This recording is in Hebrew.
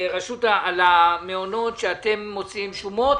על המעונות שאתם מוציאים שומות,